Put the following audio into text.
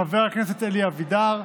חבר הכנסת אלי אבידר,